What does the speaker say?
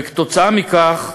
וכתוצאה מכך,